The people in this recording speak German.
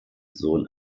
sohn